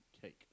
cake